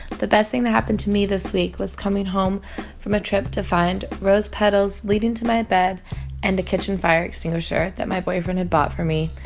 the best thing that happened to me this week was coming home from a trip to find rose petals leading to my bed and the kitchen fire extinguisher that my boyfriend had bought for me,